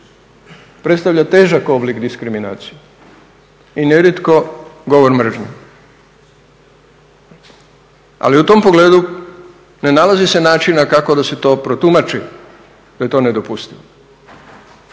predstavlja težak oblik diskriminacije i nerijetko govor mržnje. Ali u tom pogledu ne nalazi se načina kako da se to protumači da je to nedopustivo.